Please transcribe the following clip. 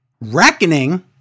Reckoning